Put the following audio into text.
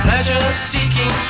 pleasure-seeking